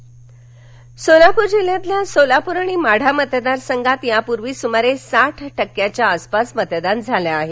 सोलापर सोलापूर जिल्ह्यातल्या सोलापूर आणि माढा मतदारसंघात यापूर्वी सुमारे साठ टक्क्यांच्या आसपास मतदान झालं आहे